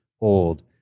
old